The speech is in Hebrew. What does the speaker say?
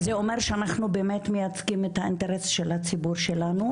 זה אומר שאנחנו באמת מייצגים את האינטרס של הציבור שלנו,